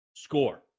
Score